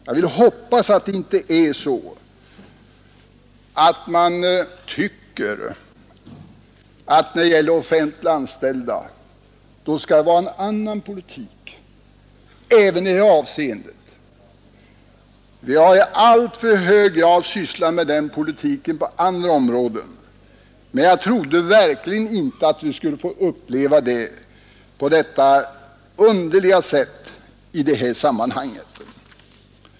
Jag hoppas att det ändå inte är så att man tycker att när det gäller offentligt anställda, då skall det vara en annan politik även i det avseendet. Vi har i alltför hög grad sysslat med den politiken på andra områden, men jag trodde verkligen inte att vi skulle få uppleva den på detta underliga sätt i det här sammanhanget.